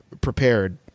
prepared